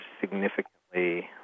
significantly